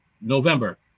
November